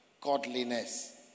godliness